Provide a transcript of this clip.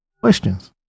Questions